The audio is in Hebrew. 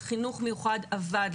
אז חינוך מיוחד עבד.